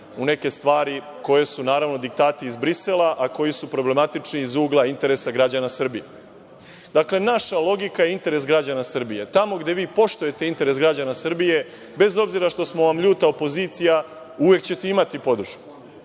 u neke stvari, koje su naravno diktati iz Brisela, a koji su problematični iz ugla interesa građana Srbije. Dakle, naša logika je interes građana Srbije, tamo gde vi poštujete interes građana Srbije, bez obzira što smo vam ljuta opozicija, uvek ćete imati podršku,